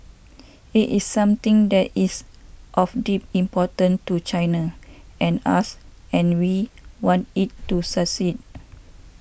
it is something that is of deep importance to China and us and we want it to succeed